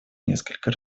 несколько